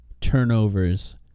turnovers